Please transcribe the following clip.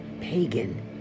pagan